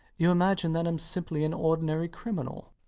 you imagine that i'm simply an ordinary criminal.